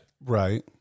Right